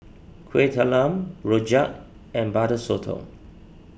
Kuih Talam Rojak and Butter Sotong